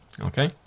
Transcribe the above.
okay